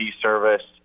service